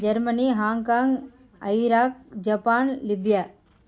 Germany Hong Kong Iraq Japan Libya